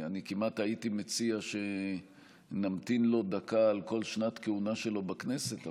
אני כמעט הייתי מציע שנמתין לו דקה על כל שנת כהונה שלו בכנסת,